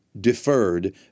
deferred